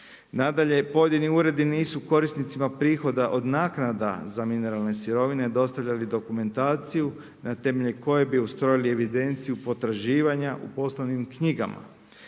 Nadalje, pojedini uredi nisu korisnicima prihoda od naknada za mineralne sirovine dostavljali dokumentaciju, na temelju koje bi ustrojili evidenciju potraživanja u poslovnim knjigama.